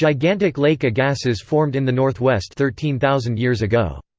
gigantic lake agassiz formed in the northwest thirteen thousand years ago.